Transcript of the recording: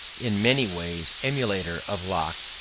in many ways, emulator, of locke,